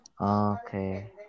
Okay